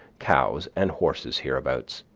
cows, and horses hereabouts,